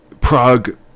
Prague